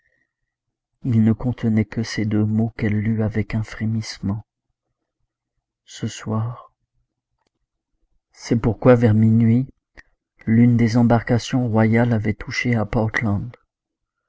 il ne contenait que ces deux mots qu'elle lut avec un frémissement ce soir c'est pourquoi vers minuit l'une des embarcations royales avait touché à portland